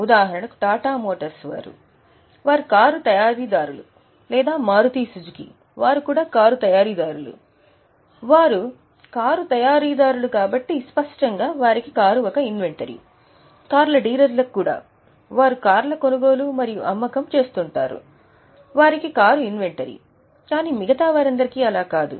ఉదాహరణకు టాటా మోటార్లు వారు కారు తయారీదారులు లేదా మారుతి సుజుకి వారు కూడా కారు తయారీదారులు వారు కారు తయారీదారులు కాబట్టి స్పష్టంగా వారికి కారు ఒక ఇన్వెంటరీ కార్ల డీలర్లకు కూడా వారు కార్ల కొనుగోలు మరియు అమ్మకం చేస్తుంటారు వారికి కారు ఇన్వెంటరీ కానీ మిగతా వారందరికీ అలా కాదు